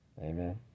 Amen